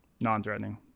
non-threatening